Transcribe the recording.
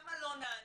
כמה לא נענו,